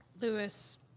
lewis